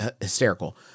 hysterical